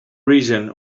reason